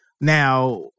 now